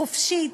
חופשית,